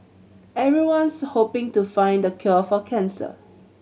everyone's hoping to find the cure for cancer